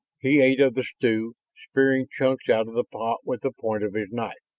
he ate of the stew, spearing chunks out of the pot with the point of his knife.